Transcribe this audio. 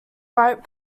bright